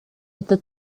это